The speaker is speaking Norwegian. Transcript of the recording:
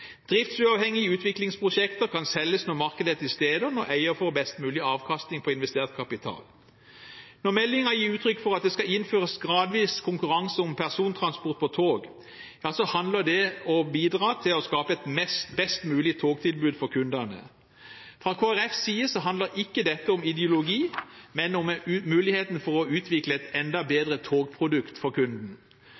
Driftsuavhengige utviklingsprosjekter kan selges når markedet er til stede, og når eier får best mulig avkastning på investert kapital. Når en i meldingen gir uttrykk for at det skal innføres gradvis konkurranse om persontransport på tog, handler det om å bidra til å skape et best mulig togtilbud for kundene. Fra Kristelig Folkepartis side handler ikke dette om ideologi, men om muligheten for å utvikle et enda bedre togprodukt for kunden.